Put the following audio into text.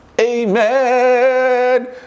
Amen